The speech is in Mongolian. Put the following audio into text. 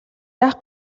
яах